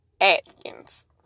Atkins